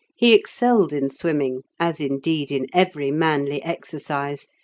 he excelled in swimming, as, indeed, in every manly exercise,